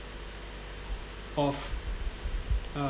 of